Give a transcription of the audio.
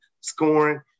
scoring